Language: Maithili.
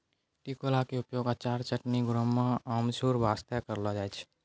टिकोला के उपयोग अचार, चटनी, गुड़म्बा, अमचूर बास्तॅ करलो जाय छै